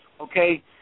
okay